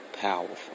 powerful